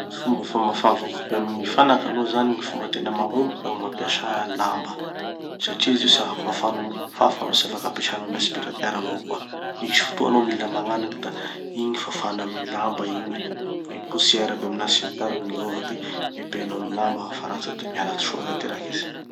Gny fomba famafà vovoky amy gny fanaky aloha zany, gny fomba tena mahomby da gny mampiasa lamba satria izy io tsy afaky fafanao amy gny kofafa no tsy afaky ampesanao aspirateur avao koa. Misy fotoa hanao mila magnaniky da igny fafana amy gny lamba igny, gny poussières aby aminazy sy ny tariny, gny vovoky, pehipehinao amy lamba, afaha teo soa, miala soa teo tanteraky izy.